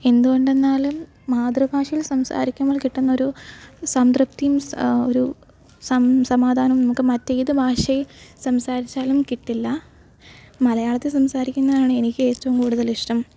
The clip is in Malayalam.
എന്ത്കൊണ്ടെന്നാലും മാതൃഭാഷയില് സംസാരിക്കുമ്പോള് കിട്ടുന്നൊരു സംതൃപ്തിയും സാ ഒരു സം സമാധാനോം നമുക്ക് മറ്റേത് ഭാഷയില് സംസാരിച്ചാലും കിട്ടില്ല മലയാളത്തില് സംസാരിക്കുന്നതാണ് എനിക്കേറ്റവും കൂട്തലിഷ്ടം